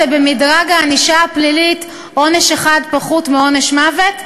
במדרג הענישה הפלילית זה עונש אחד פחות מעונש מוות,